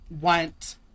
want